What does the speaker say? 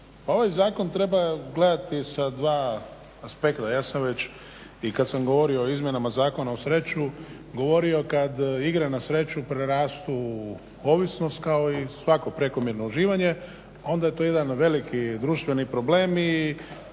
ovaj zakon treba gledati sa dva aspekta. Ja sam već kada sam govorio i o izmjenama Zakona o igrama na sreću govorio kada igra na sreću prerastu u ovisnost kao i svako prekomjerno uživanje, onda je to jedan veliki društveni problem